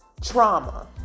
trauma